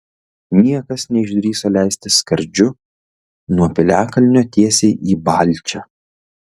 niekas neišdrįso leistis skardžiu nuo piliakalnio tiesiai į balčią